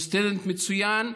הוא סטודנט מצוין,